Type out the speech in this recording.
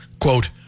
quote